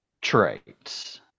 traits